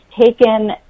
taken